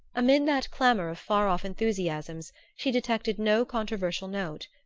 amid that clamor of far-off enthusiasms she detected no controversial note.